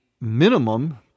minimum